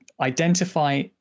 identify